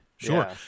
Sure